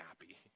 happy